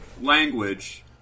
language